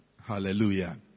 Hallelujah